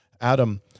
Adam